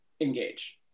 engage